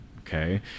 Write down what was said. okay